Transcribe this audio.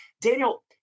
Daniel